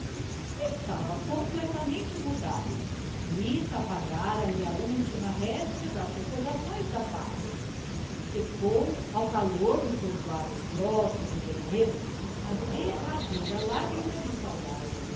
estava completamente mudado rita apagara lhe a última réstia das recordações da pátria secou ao calor dos seus lábios grossos e vermelhos a derradeira lágrima de saudade